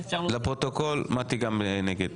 לפרוטוקול, מטי גם נגד.